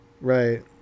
Right